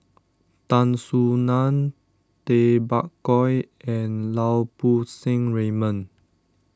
Tan Soo Nan Tay Bak Koi and Lau Poo Seng Raymond